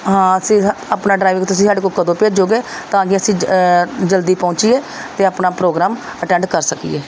ਹਾਂ ਅਸੀਂ ਸਾ ਆਪਣਾ ਡਰਾਈਵਰ ਤੁਸੀਂ ਸਾਡੇ ਕੋਲ ਕਦੋਂ ਭੇਜੋਗੇ ਤਾਂ ਕਿ ਅਸੀਂ ਜਲਦੀ ਪਹੁੰਚੀਏ ਅਤੇ ਆਪਣਾ ਪ੍ਰੋਗਰਾਮ ਅਟੈਂਡ ਕਰ ਸਕੀਏ